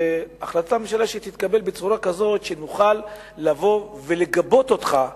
צריכים החלטת ממשלה שתתקבל בצורה כזאת שנוכל לבוא ולגבות אותך ככנסת,